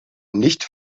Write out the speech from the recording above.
nicht